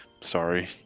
sorry